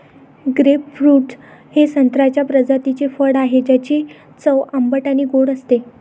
grapefruit हे संत्र्याच्या प्रजातीचे फळ आहे, ज्याची चव आंबट आणि गोड असते